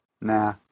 Nah